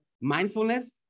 mindfulness